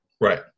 Right